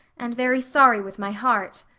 and very sorry with my heart.